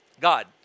God